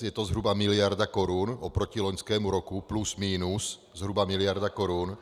Je to zhruba miliarda korun oproti loňskému roku plus minus, zhruba miliarda korun.